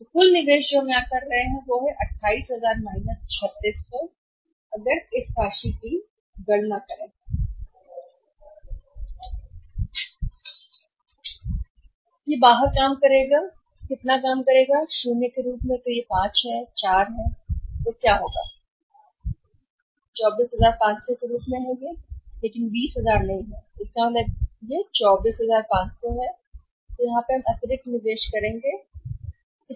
तो कुल निवेश जो हम यहाँ कर रहे हैं वह है 28000 3600 अगर हम इस राशि की गणना करें यह बाहर काम करेगा के रूप में यह कितना काम करेगा 00 के रूप में तो यह 5 है तो यह 4 है तो यह होगा 24500 के रूप में काम करें यह 20000 नहीं है लेकिन यह 24500 है तो इसका मतलब है कि हम कितना अतिरिक्त निवेश करेंगेयहाँ बना रहे हैं हम उसके लिए नहीं गिने जाते हैं